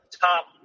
top